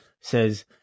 says